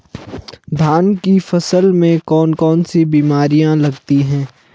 धान की फसल में कौन कौन सी बीमारियां लगती हैं?